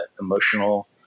emotional